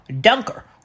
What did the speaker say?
Dunker